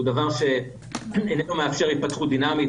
הוא דבר שאיננו מאפשר התפתחות דינמית,